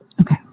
Okay